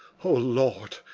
o lord,